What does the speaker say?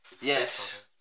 Yes